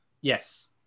Yes